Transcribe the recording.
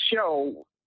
show